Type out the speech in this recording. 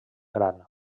gran